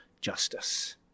justice